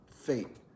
fate